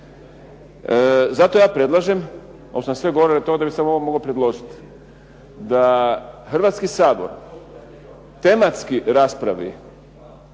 Zato ja predlažem, ovo što sam sve govorio je to da bi ovo mogao predložiti, da Hrvatski sabor tematski raspravi